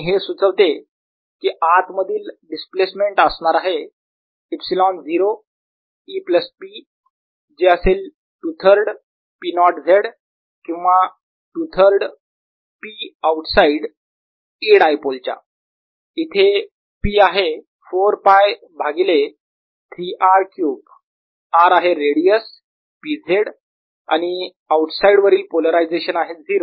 आणि हे सुचवते की आत मधील डिस्प्लेसमेंट असणार आहे ε0 E प्लस P जे असेल 2 3 र्ड P 0 z किंवा 2 3 र्ड P आऊटसाईड E डायपोलच्या इथे p आहे 4 π भागिले 3 R क्यूब R आहे रेडियस P z आणि आऊट साईड वरील पोलरायझेशन आहे 0